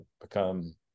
become